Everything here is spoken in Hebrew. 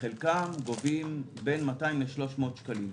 גובים בין 200 300 שקלים.